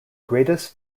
greatest